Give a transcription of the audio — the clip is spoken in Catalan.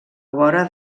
vora